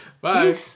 bye